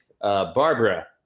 Barbara